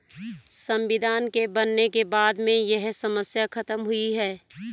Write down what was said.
संविधान के बनने के बाद में यह समस्या खत्म हुई है